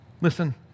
Listen